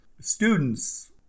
Students